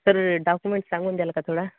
sir documents सांगून द्याल का थोडा